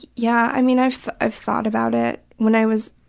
yeah i mean i've i've thought about it. when i was